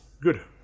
good